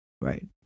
Right